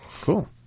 Cool